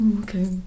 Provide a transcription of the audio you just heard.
okay